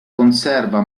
conserva